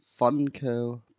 Funko